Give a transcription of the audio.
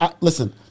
listen